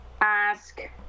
ask